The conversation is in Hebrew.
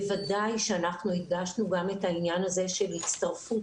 בוודאי שאנחנו הגשנו גם את העניין הזה של הצטרפות